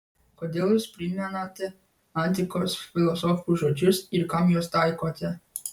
kodėl jūs primenate antikos filosofų žodžius ir kam juos taikote